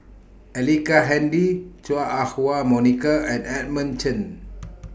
Ellice Handy Chua Ah Huwa Monica and Edmund Chen